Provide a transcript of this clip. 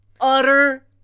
utter